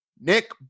Nick